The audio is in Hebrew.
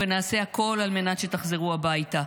ונעשה הכול על מנת שתחזרו הביתה.